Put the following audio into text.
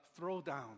throwdown